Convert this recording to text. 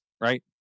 right